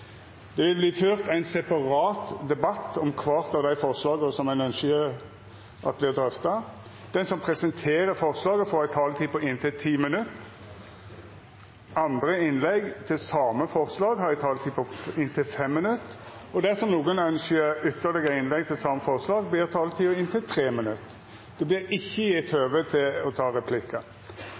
Det vil verta ført ein separat debatt om kvart av forslaga ein ønskjer vert drøfta. Den som presenterer forslaget, får ei taletid på inntil 10 minutt. Andre innlegg til same forslag har ei taletid på inntil 5 minutt. Dersom nokon ønskjer ytterlegare innlegg til same forslag, vert taletida inntil 3 minutt. Det vert ikkje gjeve høve til å ta replikkar.